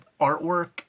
artwork